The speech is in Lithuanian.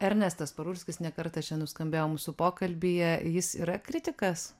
ernestas parulskis ne kartą šian nuskambėjo mūsų pokalbyje jis yra kritikas